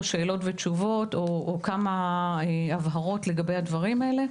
שאלות ותשובות או כמה הבהרות לגבי הדברים האלה,